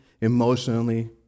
emotionally